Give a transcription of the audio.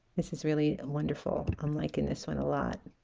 this is really wonderful i'm liking this one a lot